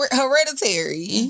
hereditary